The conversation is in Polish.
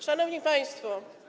Szanowni Państwo!